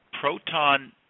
Proton